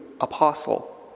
apostle